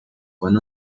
con